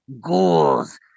ghouls